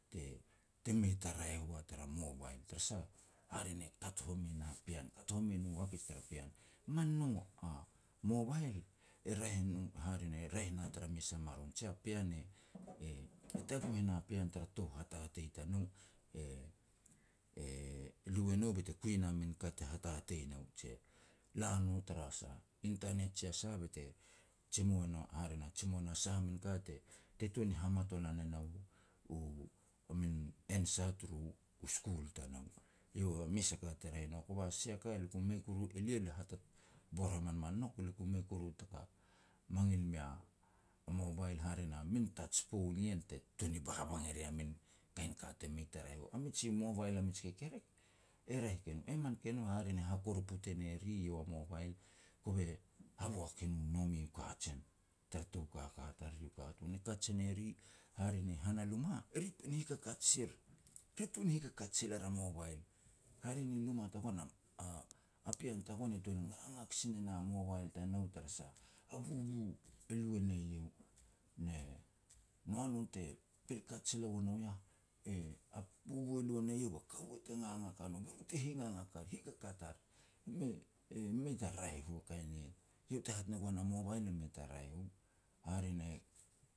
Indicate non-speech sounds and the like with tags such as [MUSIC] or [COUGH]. te-te mei ta raeh ua tara mobile, tara sah, hare ne kat home e na pean, kat home e nu hakej tara pean. Man no a mobile e raeh i no hare ne raeh e na tara mes a maron je pean e-e taguh e na pean tara tou hatatei tanou, e-e lu e nou be te kui e na min ka te hatatei nou, je la no tara sah, internet jia sah be te jimou e no, hare na jimou e na sah a min ka te-te tuan ni hamatolan e nau [HESITATION] a min answer turu school tanou. Eiau a mes a ka te raeh nou, kova sia ka lia ku mei kuru, elia [HESITATION] bor hamanman nouk lia ku mei kuru taka mangil mea mobile hare na min touch phone ien te tuan ni babang e ria min kain ka te mei ta raeh u. A miji mobile a mij kekerek, e raeh ke no. E man ke no hare ne hakoroput e ne ri iau a mobile, kove haboak e no nome u kajen, tara tou kaka i tariri u katun. Ne kat se ne ri, hare ni han a luma, eri-eri hikakat sir, re tuan hikakat sil er a mobile. Hare ni luma tagoan, a-a-a pean tagoan e tuan ngangak sin e na mobile tanou tara sah a bubu e lu e ne iau, ne noa no te pil kat sila ua nou yah, [HESITATION] a bubu e lu e ne yau ba kaua te ngangak a no be ru te hingangak ar hikakat ar, e-e mei ta raeh u a kain nien. Iau te hat ne goan a mobile e mei ta raeh u. Hare ne